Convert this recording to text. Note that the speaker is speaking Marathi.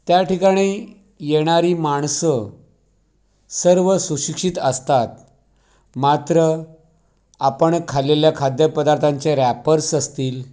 त्या ठिकाणी येणारी माणसं सर्व सुशिक्षित असतात मात्र आपण खाल्लेल्या खाद्यपदार्थांचे रॅपर्स असतील